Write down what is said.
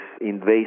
invasive